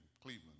Cleveland